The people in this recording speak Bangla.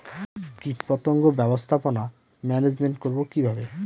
কীটপতঙ্গ ব্যবস্থাপনা ম্যানেজমেন্ট করব কিভাবে?